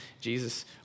Jesus